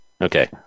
Okay